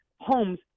homes